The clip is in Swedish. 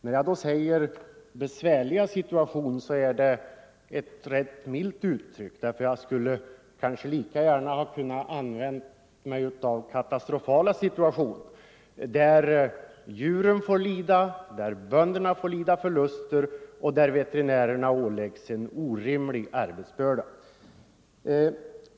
När jag säger att situationen är besvärlig är det rätt milt uttryckt; jag skulle lika gärna ha kunnat säga att den är katastrofal. Djuren får lida, bönderna drabbas av förluster och veterinärerna åläggs en orimlig arbetsbörda.